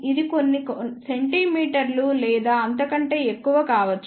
ఇది కొన్ని సెంటీమీటర్లు లేదా అంతకంటే ఎక్కువ కావచ్చు